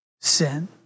sin